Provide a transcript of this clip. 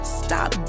stop